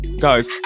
guys